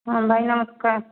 ହଁ ଭାଇ ନମସ୍କାର